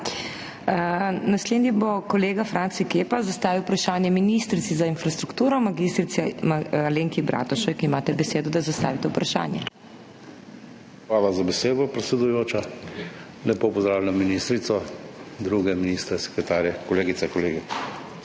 Hvala za besedo, predsedujoča. Lepo pozdravljam ministrico, druge ministre, sekretarje, kolegice, kolege!